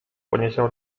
podniesie